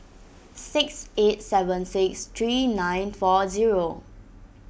six eight seven six three nine four zero